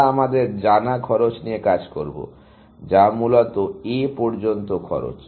আমরা আমাদের জানা খরচ নিয়ে কাজ করবো যা মূলত A পর্যন্ত খরচ